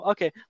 Okay